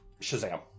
Shazam